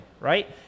Right